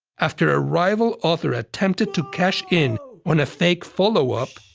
after a rival author attempted to cash in on a fake follow-up,